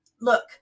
look